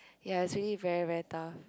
ya it's really very very tough